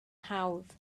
hawdd